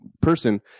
person